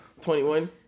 21